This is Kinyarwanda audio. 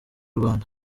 rwanda